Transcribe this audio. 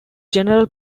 general